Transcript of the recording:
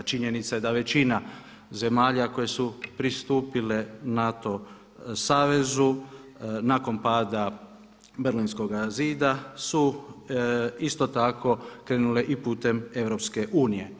Činjenica je da većina zemalja koje su pristupile NATO savezu nakon pada Berlinskoga zida su isto tako krenule i putem EU.